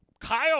Kyle